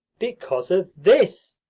because of this.